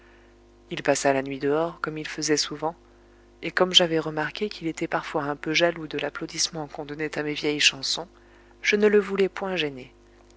il passa la nuit dehors comme il faisait souvent et comme j'avais remarqué qu'il était parfois un peu jaloux de l'applaudissement qu'on donnait à mes vieilles chansons je ne le voulais point gêner